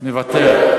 אני מוותר.